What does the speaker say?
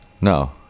No